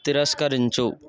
తిరస్కరించు